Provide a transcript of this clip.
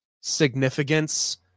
significance